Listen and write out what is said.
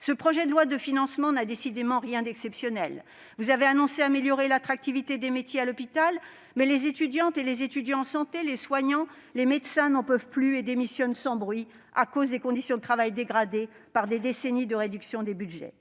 Ce projet de loi de financement n'a décidément rien d'exceptionnel. Vous avez annoncé vouloir améliorer l'attractivité des métiers à l'hôpital, mais les étudiantes et les étudiants en santé, les soignants, les médecins n'en peuvent plus et démissionnent sans bruit, à cause des conditions de travail dégradées par des décennies de réduction des budgets.